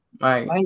Right